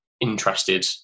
interested